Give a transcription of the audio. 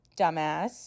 Dumbass